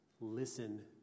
Listen